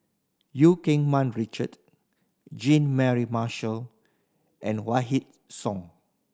Eu Keng Mun Richard Jean Mary Marshall and Song